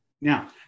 Now